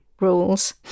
rules